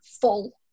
full